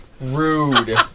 Rude